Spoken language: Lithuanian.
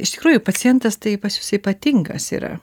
iš tikrųjų pacientas taip pas jus ypatingas yra